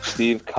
Steve